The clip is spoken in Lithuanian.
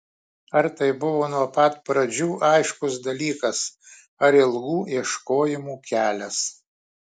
ar tai buvo nuo pat pradžių aiškus dalykas ar ilgų ieškojimų kelias